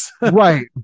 right